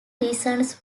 reasons